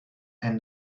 and